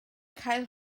cael